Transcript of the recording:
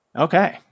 Okay